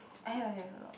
I have I have a lot